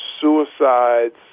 suicides